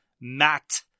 Matt